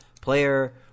player